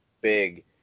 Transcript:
big